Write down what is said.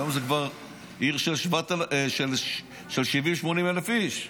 היום זה כבר עיר של 70,000 80,000 איש.